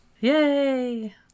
yay